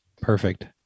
Perfect